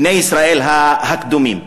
בני ישראל הקדומים,